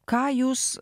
ką jūs